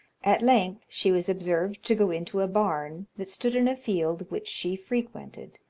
at length she was observed to go into a barn that stood in a field which she frequented.